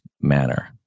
manner